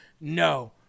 no